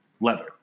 leather